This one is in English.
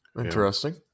Interesting